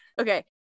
okay